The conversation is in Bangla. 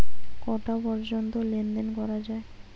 কটা পর্যন্ত লেন দেন করা য়ায়?